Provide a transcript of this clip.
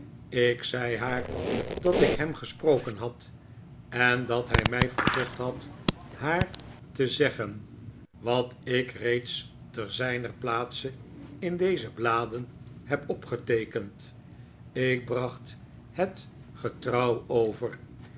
ik zei haar dat ik hem gesproken had en dat hij mij verzocht had haar te zeggen wat ik reeds te zijner plaatse in deze bladen heb opgeteekend ik bracht het getrouw over